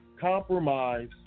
Compromise